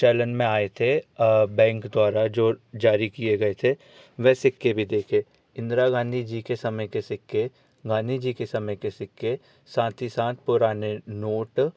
चलन में आए थे बैंक द्वारा जो जारी किए गए थे वह सिक्के भी देखे इन्द्रा गाँधी जी के समय के सिक्के गाँधी जी के समय के सिक्के साथ ही साथ पुराने नोट